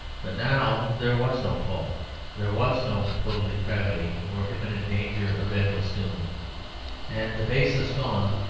but now there was no fall there was no total depravity, or imminent danger of endless doom and, the basis gone,